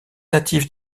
native